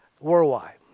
worldwide